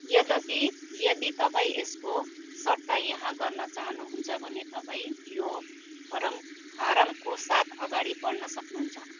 यद्यपि यदि तपाईँ यसको सट्टा यहाँ गर्न चाहनुहुन्छ भने तपाईँ यो फरम फारमको साथ अगाडि बढ्न सक्नुहुन्छ